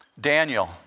Daniel